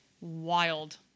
wild